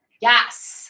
Yes